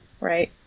right